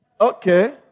Okay